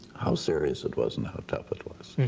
how serious it was and how tough it was.